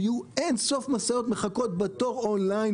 ויהיו אין-סוף משאיות שמחכות בתור און-ליין